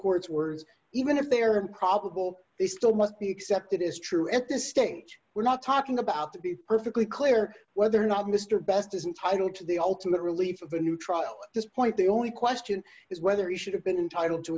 court's words even if they are improbable they still must be accepted as true at this stage we're not talking about to be perfectly clear whether or not mr best isn't title to the ultimate relief of the new trial this point the only question is whether he should have been entitle to